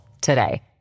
today